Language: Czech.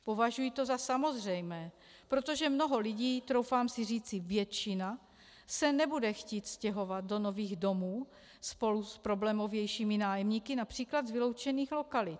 Považuji to za samozřejmé, protože mnoho lidí, troufám si říci většina, se nebude chtít stěhovat do nových domů spolu s problémovějšími nájemníky například z vyloučených lokalit.